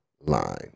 line